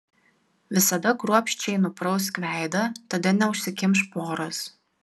visada kruopščiai nuprausk veidą tada neužsikimš poros